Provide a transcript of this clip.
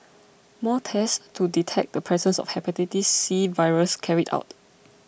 more tests to detect the presence of Hepatitis C virus carried out